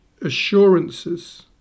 assurances